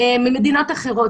ממדינות אחרות.